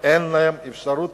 ואין להן אפשרות